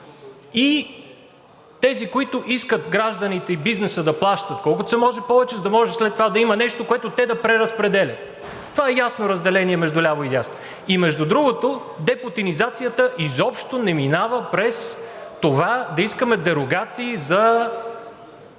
и тези, които искат гражданите и бизнесът да плащат колкото се може повече, за да може след това да има нещо, което те да преразпределят. Това е ясно разделение между ляво и дясно. Между другото, депутинизацията изобщо не минава през това да искаме дерогации за